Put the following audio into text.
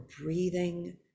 breathing